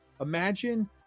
imagine